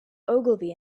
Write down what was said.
ogilvy